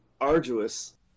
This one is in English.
arduous